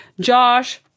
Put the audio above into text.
Josh